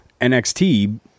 NXT